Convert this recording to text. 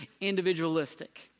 individualistic